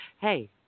Hey